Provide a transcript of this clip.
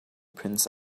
prince